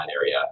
area